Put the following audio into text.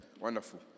Wonderful